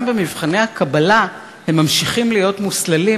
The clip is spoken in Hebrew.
גם במבחני הקבלה הם ממשיכים להיות מוסללים